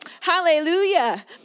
hallelujah